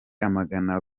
amagana